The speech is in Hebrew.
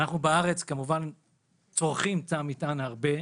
כמובן שאנחנו, בארץ, צורכים את תא המטען הרבה: